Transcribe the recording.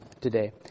today